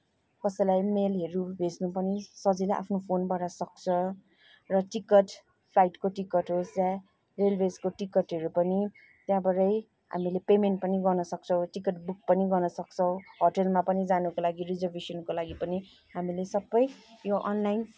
कसैलाई मेलहरू भेजनु पनि सजिलो आफ्नो फोनबाट सक्छ र टिकट फ्लाइटको टिकट होस् या रेल्वेजको टिकटहरू पनि त्यहाँबाटै हामीले पेमेन्ट पनि गर्न सक्छौँ टिकट बुक पनि गर्न सक्छौँ होटेलमा पनि जानुको लागि रिजर्भेसनको लागि पनि हामीले सबै यो अनलाइन